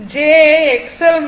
j ஐ XL Xc ஆக மாற்றுகிறோம்